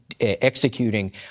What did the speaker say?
executing